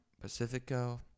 Pacifico